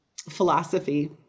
philosophy